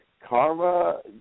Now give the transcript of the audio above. Karma